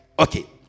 Okay